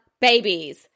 babies